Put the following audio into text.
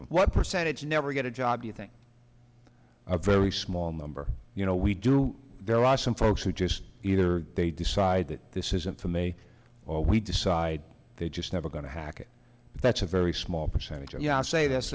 what percentage never get a job do you think a very small number you know we do there are some folks who just either they decide that this isn't for me or we decide they just never going to hack it that's a very small percentage